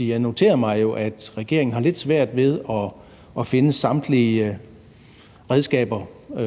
jeg noterer mig jo, at regeringen har lidt svært ved at finde samtlige redskaber